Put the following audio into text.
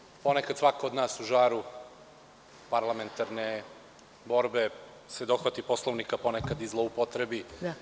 Priznajem, ponekad se svako od nas u žaru parlamentarne borbe dohvati Poslovnika, ponekad i zloupotrebi.